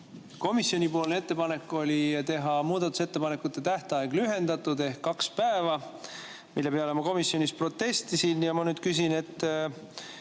komisjoni ettepanek teha muudatusettepanekute tähtaeg lühendatuks ehk kaks päeva, mille peale ma komisjonis protestisin. Ma nüüd küsin: